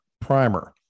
primer